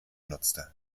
nutzte